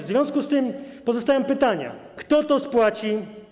W związku z tym pozostają pytania: Kto to spłaci?